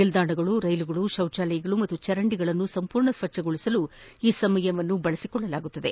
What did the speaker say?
ನಿಲ್ದಾಣಗಳು ರೈಲುಗಳು ಶೌಚಾಲಯಗಳು ಮತ್ತು ಚರಂಡಿಗಳನ್ನು ಸಂಪೂರ್ಣ ಸ್ವಚ್ಛಗೊಳಸಲು ಈ ಸಮಯವನ್ನು ಬಳಸಿಕೊಳ್ಳಲಾಗುವುದು